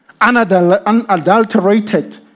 unadulterated